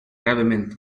gravemente